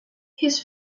his